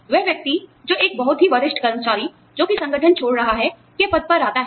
वह व्यक्ति जो एक बहुत ही वरिष्ठ कर्मचारी जो कि संगठन छोड़ रहा है के पद पर आता है